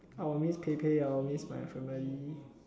I will miss Pei-Pei I will miss my family